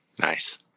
Nice